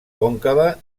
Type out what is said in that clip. còncava